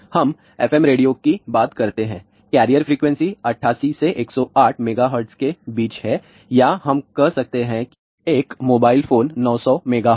हम FM radio की बात करते हैं कैरियर फ्रीक्वेंसी 88 से 108 MHz के बीच है या हम कह सकते हैं कि एक मोबाइल फोन 900 MHz